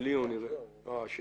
--- חברות,